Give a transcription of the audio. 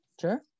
sure